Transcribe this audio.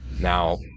Now